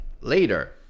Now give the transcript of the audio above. later